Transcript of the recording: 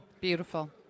Beautiful